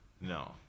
No